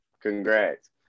congrats